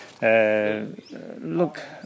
Look